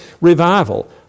revival